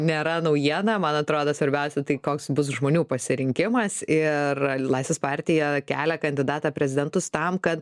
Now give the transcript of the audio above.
nėra naujiena man atrodo svarbiausia tai koks bus žmonių pasirinkimas ir laisvės partija kelia kandidatą prezidentus tam kad